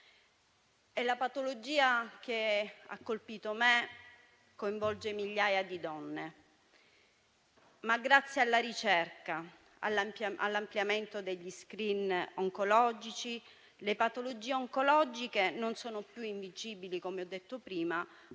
La patologia che ha colpito me coinvolge migliaia di donne, ma grazie alla ricerca e all'ampliamento degli *screening*, le patologie oncologiche non sono più invincibili, come ho detto prima,